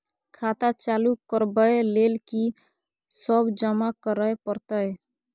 खाता चालू करबै लेल की सब जमा करै परतै?